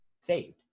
saved